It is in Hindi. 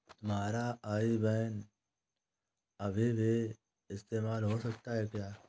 तुम्हारा आई बैन अभी भी इस्तेमाल हो सकता है क्या?